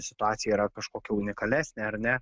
situacija yra kažkokia unikalesnė ar ne